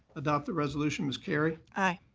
adopt the resolution. ms. carry. aye.